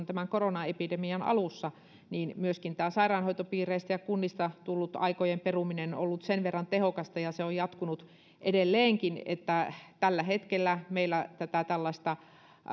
tämän koronaepidemian alussa myöskin tämä sairaanhoitopiireistä ja kunnista tullut aikojen peruminen on ollut sen verran tehokasta ja se on jatkunut edelleenkin että tällä hetkellä meillä tällaista